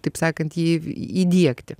taip sakant jį įdiegti